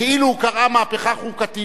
כאילו קרתה מהפכה חוקתית,